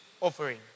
offering